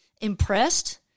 impressed